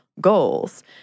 goals